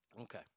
Okay